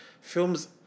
Films